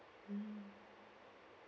mm